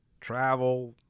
travel